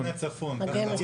מגן הצפון.